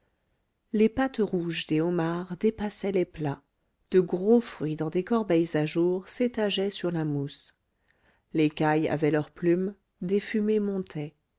les pattes rouges des homards dépassaient les plats de gros fruits dans des corbeilles à jour s'étageaient sur la mousse les cailles avaient leurs plumes des fumées montaient